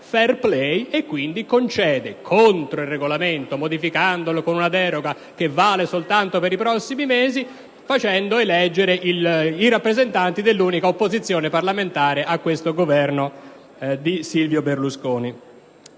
e quindi concede (contro il Regolamento e modificandolo con una deroga che vale soltanto per i prossimi mesi) l'elezione di rappresentanti dell'unica opposizione parlamentare a questo Governo di Silvio Berlusconi.